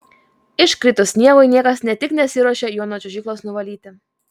iškritus sniegui niekas ne tik nesiruošia jo nuo čiuožyklos nuvalyti